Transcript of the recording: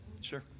Sure